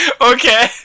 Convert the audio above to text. Okay